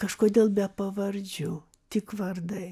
kažkodėl be pavardžių tik vardai